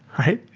right?